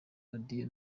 radiyo